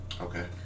Okay